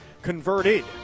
converted